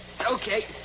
Okay